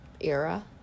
era